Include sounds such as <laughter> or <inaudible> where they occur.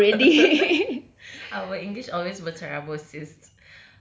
<laughs> our english always berterabur sis